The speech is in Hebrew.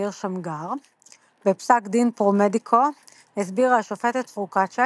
מאיר שמגר בפסק דין פרומדיקו הסבירה השופטת פרוקצ'יה